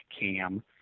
cam